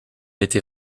été